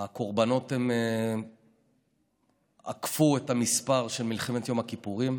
הקורבנות עקפו את המספר של מלחמת יום הכיפורים,